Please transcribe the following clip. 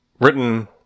written